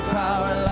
power